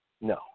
No